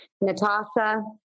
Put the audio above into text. Natasha